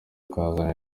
ukazana